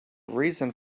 reason